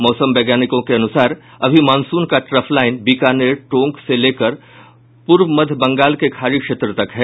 मौसम वैज्ञानिकों के अनुसार अभी मॉनसनू का ट्रफलाइन बिकानेर टोंक से लेकर पूर्व मध्य बंगाल के खाड़ी क्षेत्र तक है